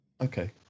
Okay